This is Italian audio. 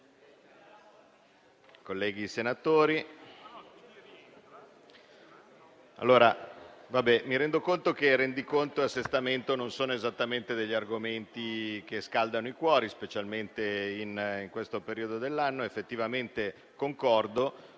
mi rendo conto che rendiconto e assestamento non sono esattamente degli argomenti che scaldano i cuori, specialmente in questo periodo dell'anno. Effettivamente concordo,